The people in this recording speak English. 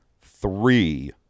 three